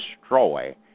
destroy